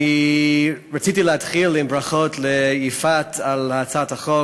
רציתי להתחיל בברכות ליפעת על הצעת החוק.